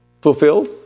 Fulfilled